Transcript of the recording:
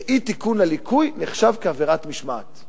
שאי-תיקון הליקוי נחשב כעבירת משמעת.